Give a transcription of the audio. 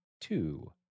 two